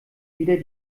wieder